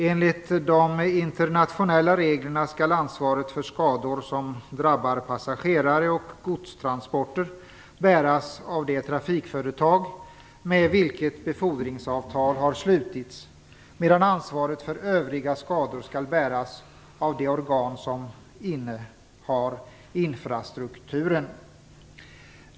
Enligt de internationella reglerna skall ansvaret för skador som drabbar passagerare och godstransporter bäras av det trafikföretag med vilket befordringsavtal har slutits, medan ansvaret för övriga skador skall bäras av det organ som innehar infrastrukturen.